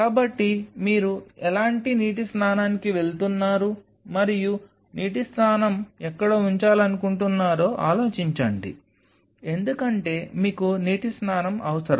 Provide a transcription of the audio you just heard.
కాబట్టి మీరు ఎలాంటి నీటి స్నానానికి వెళ్తున్నారు మరియు నీటి స్నానం ఎక్కడ ఉంచాలనుకుంటున్నారో ఆలోచించండి ఎందుకంటే మీకు నీటి స్నానం అవసరం